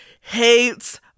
hates